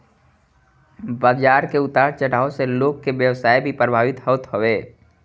बाजार के उतार चढ़ाव से लोग के व्यवसाय भी प्रभावित होत हवे